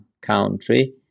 country